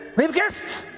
we have guests!